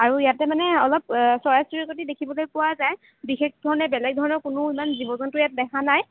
আৰু ইয়াতে মানে অলপ চৰাই চিৰিকতি দেখিবলৈ পোৱা যায় বিশেষধৰণে বেলেগ ধৰণৰ কোনো ইমান জীৱ জন্তু ইয়াত দেখা নাই